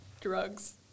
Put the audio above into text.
Drugs